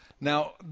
Now